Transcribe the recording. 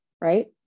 right